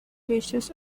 basis